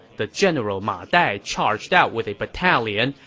the general ma dai charged out with a battalion,